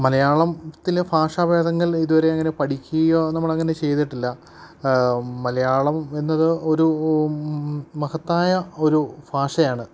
മലയാളത്തിലെ ഭാഷാ ഭേദങ്ങൾ ഇതുവരെ അങ്ങനെ പഠിക്കുകയോ നമ്മളങ്ങനെ ചെയ്തിട്ടില്ല മലയാളം എന്നത് ഒരു മഹത്തായ ഒരു ഭാഷയാണ്